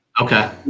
Okay